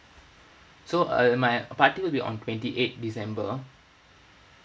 so uh my party will be on twenty eight december